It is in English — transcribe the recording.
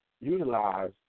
utilize